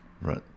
right